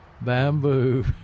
bamboo